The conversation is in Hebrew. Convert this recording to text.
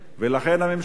ולכן הממשלה,